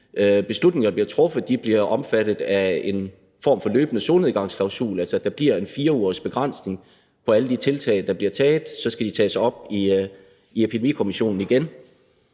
beslutninger, der bliver truffet, bliver omfattet af en form for løbende solnedgangsklausul, altså at der bliver en 4-ugersbegrænsning af de tiltag, der bliver taget, så skal det tages op i Epidemikommissionen igen.